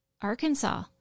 Arkansas